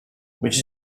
which